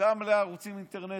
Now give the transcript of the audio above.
גם לערוצים אינטרנטיים,